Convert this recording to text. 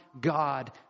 God